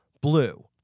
blue